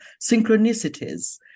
Synchronicities